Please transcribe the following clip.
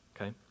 Okay